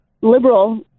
liberal